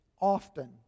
often